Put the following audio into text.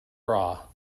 bra